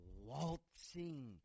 waltzing